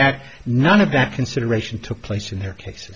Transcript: that none of that consideration took place in their case